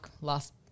last